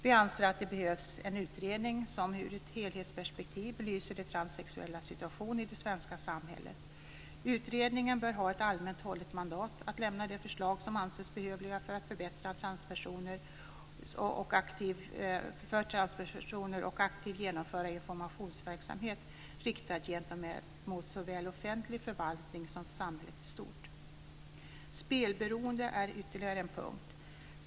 Vi anser att det behövs en utredning som ur ett helhetsperspektiv belyser de transsexuellas situation i det svenska samhället. Utredningen bör ha ett allmänt hållet mandat att lämna de förslag som anses behövliga för att förbättra för transpersoner och aktivt genomföra informationsverksamhet riktad gentemot såväl offentlig förvaltning som samhället i stort. Spelberoende är ytterligare en punkt.